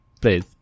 Please